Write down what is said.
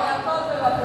בירקות ובפירות.